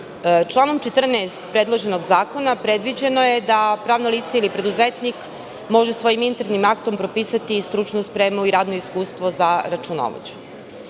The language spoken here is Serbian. članom 14. predloženog zakona predviđeno je da pravno lice ili preduzetnik može svojim internim aktom propisati i stručnu spremu i radno iskustvo za računovođu.